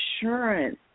insurance